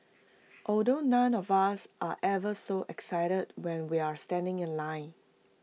although none of us are ever so excited when we're standing in line